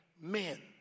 men